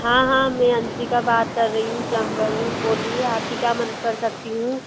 हाँ हाँ मैं अंशिका बात कर रही हूँ प्लमर हूँ बोलिए आपकी क्या मदद कर सकती हूँ